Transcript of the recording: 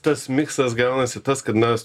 tas miksas gaunasi tas kad mes